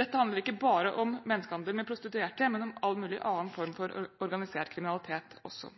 Dette handler ikke bare om menneskehandel med prostituerte, men også om all mulig annen form for organisert